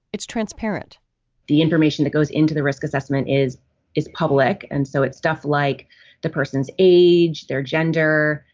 it's transparent the information that goes into the risk assessment is is public. and so it's stuff like the person's age, their gender,